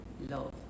love